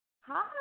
Hi